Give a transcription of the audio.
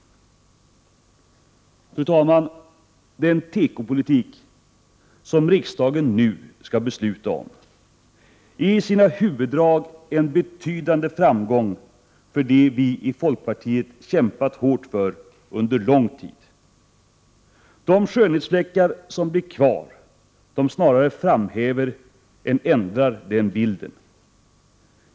Den tekopolitik som riksdagen nu skall fatta beslut om är i sina huvuddrag en betydande framgång för de tankar som vi i folkpartiet under lång tid har kämpat hårt för att förverkliga. De skönhetsfläckar som blir kvar snarare framhäver än ändrar den bilden.